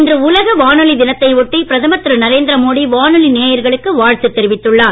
இன்று உலக வானொலி தினத்தை ஒட்டி பிரதமர் திரு நரேந்திர மோடி வானொலி நேயர்களுக்கு வாழ்த்து தெரிவித்துள்ளார்